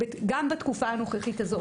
גם בתקופה הנוכחית הזאת.